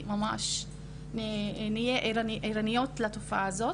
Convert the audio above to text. נהיה ערניות לתופעה הזאת.